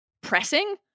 pressing